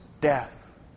death